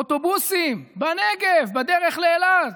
אוטובוסים בנגב, בדרך לאילת,